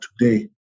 today